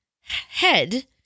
head